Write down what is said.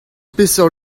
peseurt